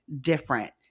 different